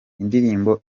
indirimbo